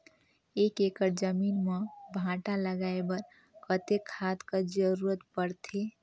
एक एकड़ जमीन म भांटा लगाय बर कतेक खाद कर जरूरत पड़थे?